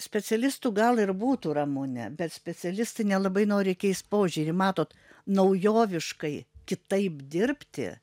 specialistų gal ir būtų ramune bet specialistai nelabai nori keist požiūrį matot naujoviškai kitaip dirbti